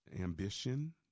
ambition